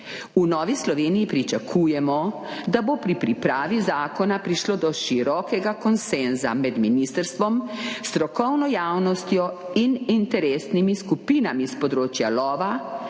V Novi Sloveniji pričakujemo, da bo pri pripravi zakona prišlo do širokega konsenza med ministrstvom, strokovno javnostjo in interesnimi skupinami s področja lova